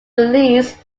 release